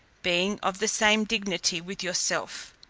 being of the same dignity with yourself.